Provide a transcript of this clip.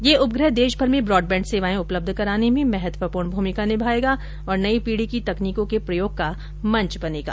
यह उपग्रह देशभर में ब्रॉडबैंड सेवाए उपलब्ध कराने में महत्वपूर्ण भूमिका निभाएगा और नई पीढ़ी की तकनीकों के प्रयोग का मंच बनेगा